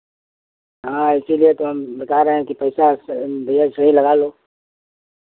हाँ इसीलिए तो हम बता रहे हैं कि पैसा भैया सही लगा लो